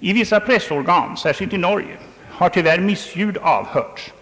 I vissa pressorgan, särskilt i Norge, har tyvärr missljud avhörts.